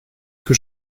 que